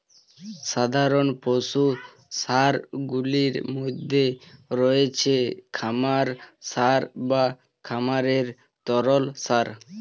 সাধারণ পশু সারগুলির মধ্যে রয়েছে খামার সার বা খামারের তরল সার